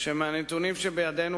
שמהנתונים שבידינו,